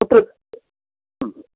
कुत्र ह्म्